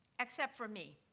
except for me.